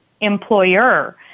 employer